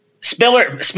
Spiller